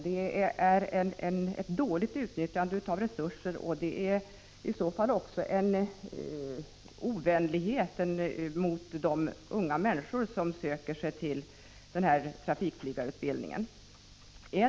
Det är ett dåligt utnyttjande av resurser och det är också orätt mot de unga människor som söker sig till trafikflygarutbildningen.